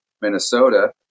Minnesota